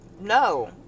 no